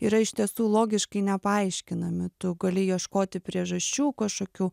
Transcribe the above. yra iš tiesų logiškai nepaaiškinami tu gali ieškoti priežasčių kašokių